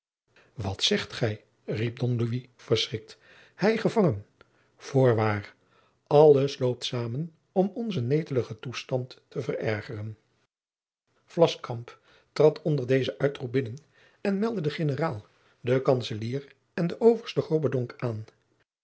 wat zegt gij riep don louis verschrikt hij gevangen voorwaar alles loopt samen om onzen neteligen toestand te verergeren vlascamp trad onder dezen uitroep binnen en meldde den generaal den kantzelier en den oversten grobbendonck aan